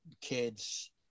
kids